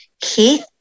Keith